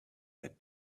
that